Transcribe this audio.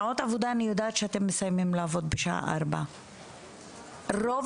אני יודעת שאתם מסיימים לעבוד בשעה 16:00. רוב